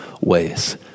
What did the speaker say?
ways